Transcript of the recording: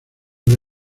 que